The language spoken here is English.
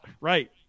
Right